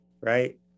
right